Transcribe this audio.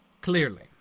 clearly